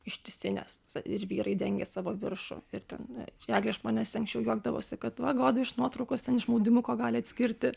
ištisinės ir vyrai dengė savo viršų ir ten eglė iš manęs anksčiau juokdavosi kad va goda iš nuotraukos ten imaudimuko gali atskirti